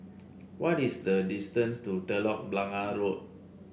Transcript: what is the distance to Telok Blangah Road